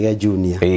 junior